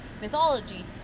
mythology